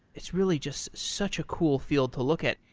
it's really just such a cool field to look at,